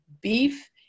beef